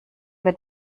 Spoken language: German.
wird